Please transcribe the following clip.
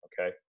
okay